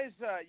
guys